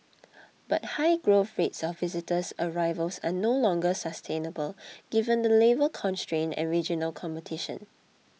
but high growth rates of visitors arrivals are no longer sustainable given the labour constraints and regional competition